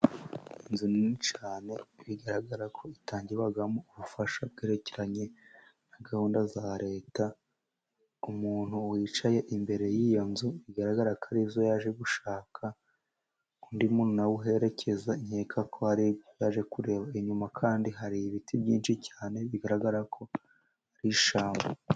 Inzu nini cyane bigaragara ko itangirwamo ubufasha bwerekeranye na gahunda za Leta, umuntu wicaye imbere y'iyo nzu bigaragara ko arizo yaje gushaka. Undi muntu na we uherekeza nkeka ko ari zo yaje kureba. Inyuma kandi hari ibiti byinshi cyane bigaragara ko ari ishyamba.